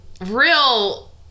real